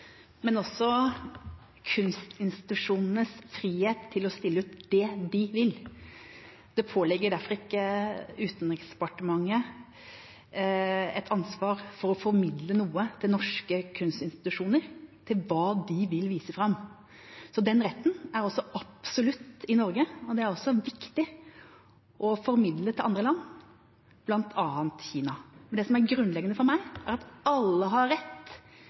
kunstinstitusjonenes frihet til å stille ut det de vil. Det påligger derfor ikke Utenriksdepartementet et ansvar for å formidle noe til norske kunstinstitusjoner – til hva de vil vise fram. Den retten er absolutt i Norge, og det er også viktig å formidle til andre land, bl.a. Kina. Det som er grunnleggende for meg, er at alle har rett